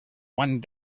one